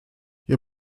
ihr